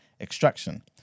extraction